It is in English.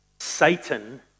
Satan